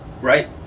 right